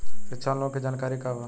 शिक्षा लोन के जानकारी का बा?